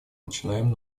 начинаем